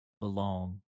belong